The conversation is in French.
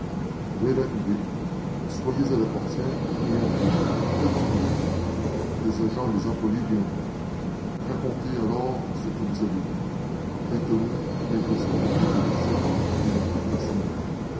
dès l'arrivée soyez à la portière et appelez faites du bruit des agents et des employés viendront racontez alors ce que vous avez vu en quelques mots l'agression dont j'ai été victime et la fuite d'arsène lupin